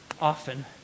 often